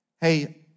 hey